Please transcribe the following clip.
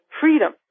freedom